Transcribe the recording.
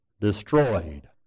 destroyed